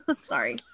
sorry